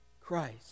Christ